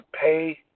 pay